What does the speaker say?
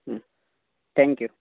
thank you